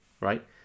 right